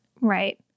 Right